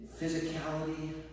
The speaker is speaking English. physicality